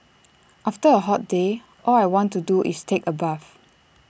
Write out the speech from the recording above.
after A hot day all I want to do is take A bath